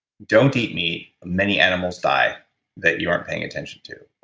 don't eat meat, many animals die that you aren't paying attention to,